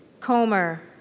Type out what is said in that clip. Comer